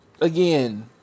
Again